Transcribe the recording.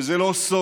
וזה לא סוד